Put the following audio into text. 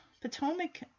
Potomac